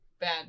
bad